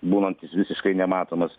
būnant jis visiškai nematomas